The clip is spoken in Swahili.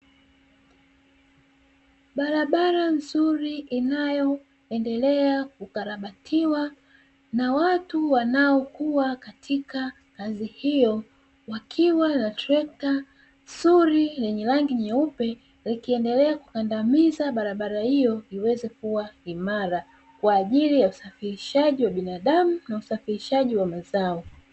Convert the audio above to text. Barabara nzuri inayoendelea kukarabitiwa, na watu waliopo kwenye kazi hiyo wakiwa na trekta zuri lenye rangi nyeupe likiendelea kukandamiza barabara hiyo ili iwe imara. Kwa ajili ya usafirishaji wa binadamu na usafirisaji wa mazao.